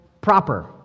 proper